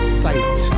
sight